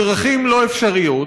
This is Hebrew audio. בדרכים לא אפשריות.